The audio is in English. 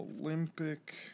Olympic